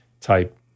type